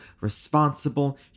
responsible